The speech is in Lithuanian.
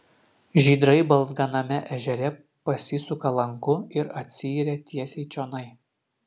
žydrai balzganame ežere pasisuka lanku ir atsiiria tiesiai čionai